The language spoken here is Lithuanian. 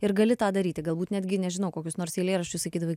ir gali tą daryti galbūt netgi nežinau kokius nors eilėraščius sakydavai